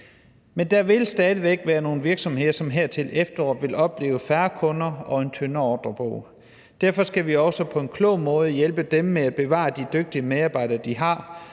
Men der vil stadig væk være nogle virksomheder, som her til efteråret vil opleve færre kunder og en tyndere ordrebog. Derfor skal vi også på en klog måde hjælpe dem med at bevare de dygtige medarbejdere, de har,